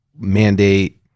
mandate